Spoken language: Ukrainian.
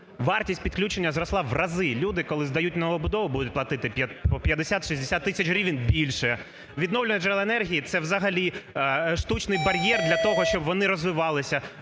вартість підключення зросла в рази. Люди, коли здають новобудову будуть платити по 50-60 тисяч гривень більше. Відновлювальні джерела енергії – це взагалі штучний бар'єр для того, щоб вони розвивалися.